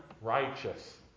righteous